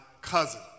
cousin